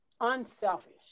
unselfish